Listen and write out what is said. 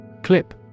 Clip